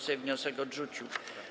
Sejm wniosek odrzucił.